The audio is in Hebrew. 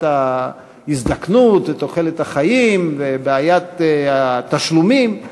ההזדקנות ותוחלת החיים ובעיית התשלומים.